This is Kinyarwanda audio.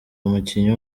umukinnyi